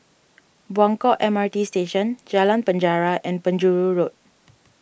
Buangkok M R T Station Jalan Penjara and Penjuru Road